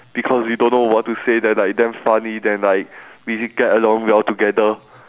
because we don't know what to say then like damn funny then like we get along well together